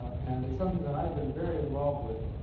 and it's something that i have been very involved with.